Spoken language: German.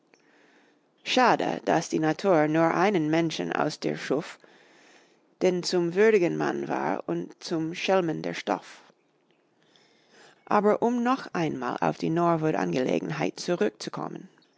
schade daß die natur nur einen mensch aus dir schuf denn zum würdigen mann war und zum schelmen der stoff um noch einmal auf den norwood fall zurückzukommen